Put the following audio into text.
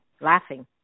Laughing